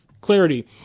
clarity